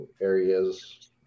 areas